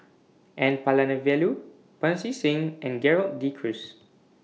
N Palanivelu Pancy Seng and Gerald De Cruz